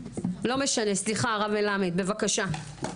לא משנה, סליחה, הרב מלמד, בבקשה.